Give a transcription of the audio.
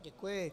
Děkuji.